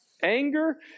Anger